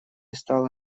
стала